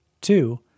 Two